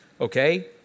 okay